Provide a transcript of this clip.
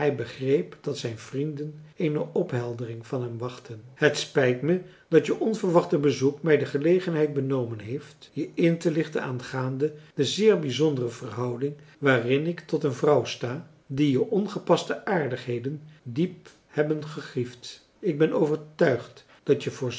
begreep dat zijn vrienden eene opheldering van hem wachtten het spijt mij dat je onverwacht bezoek mij de gelegenheid benomen heeft je intelichten aangaande de zeer bijzondere verhouding waarin ik tot een vrouw sta die je ongepaste aardigheden diep hebben gegriefd ik ben overtuigd dat je